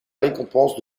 récompense